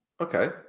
Okay